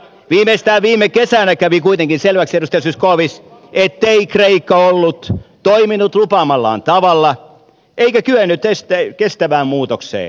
viimeistään viime kesänä kävi kuitenkin selväksi edustaja zyskowicz ettei kreikka ollut toiminut lupaamallaan tavalla eikä kyennyt kestävään muutokseen